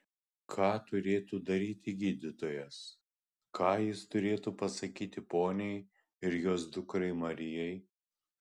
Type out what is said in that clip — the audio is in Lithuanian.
ką turėtų daryti gydytojas ką jis turėtų pasakyti poniai ir jos dukrai marijai